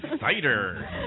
cider